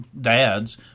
dads